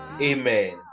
Amen